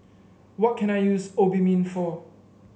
what can I use Obimin for